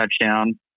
touchdown